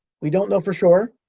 we don't know for sure.